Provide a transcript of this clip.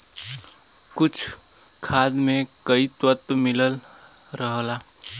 कुछ खाद में कई तत्व मिलल रहला